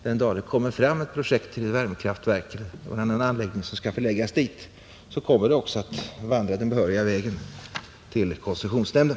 Den dag det kommer fram ett projekt till ett värmekraftverk eller någon annan anläggning som skall förläggas dit, så kommer ärendet också att vandra den behöriga vägen till koncessionsnämnden,